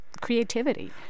creativity